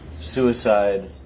suicide